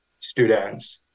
students